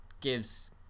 gives